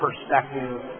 perspective